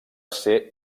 ser